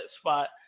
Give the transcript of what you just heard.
spot